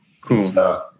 Cool